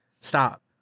Stop